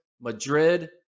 Madrid